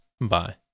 Bye